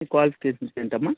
నీ క్వాలిఫికేషన్స్ ఏంటి అమ్మా